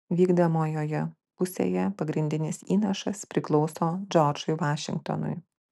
vykdomojoje pusėje pagrindinis įnašas priklauso džordžui vašingtonui